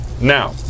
Now